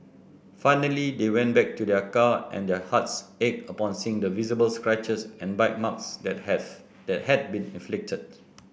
finally they went back to their car and their hearts ached upon seeing the visible scratches and bite marks that has that had been inflicted